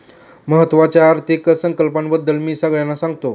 महत्त्वाच्या आर्थिक संकल्पनांबद्दल मी सर्वांना सांगेन